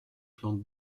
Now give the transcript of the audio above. plantes